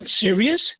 serious